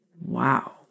Wow